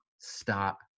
stop